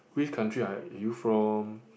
which country are you from